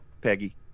Peggy